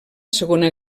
segona